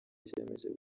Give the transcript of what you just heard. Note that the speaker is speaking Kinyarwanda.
cyiyemeje